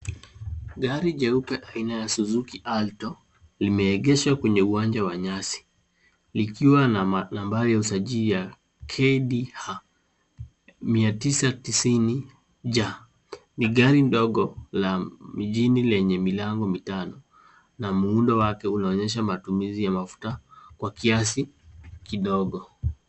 Gari jeupe aina ya suzuki alto imeegeshwa kwenye uwanja wa nyasi likiwa na nambari ya usajili ya KDH 99J Gari dogo la mijini lenye milango mitano na muundo wake unaonyesha matumizi ya mafuta kwa kiasi kidogo.